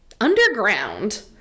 underground